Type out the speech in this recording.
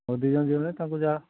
ହଉ ଦୁଇ ଜଣ ଯିବା ମାନେ ତାଙ୍କୁ ଯାହା